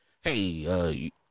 Hey